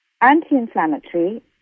anti-inflammatory